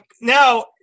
Now